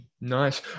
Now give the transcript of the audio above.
Nice